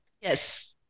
Yes